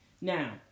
Now